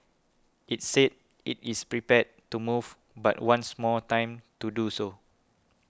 it said it is prepared to move but wants more time to do so